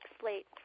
slate